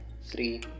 three